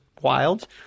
wild